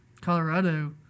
Colorado